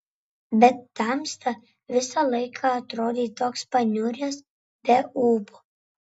bet tamsta visą laiką atrodei toks paniuręs be ūpo